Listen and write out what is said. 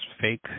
fake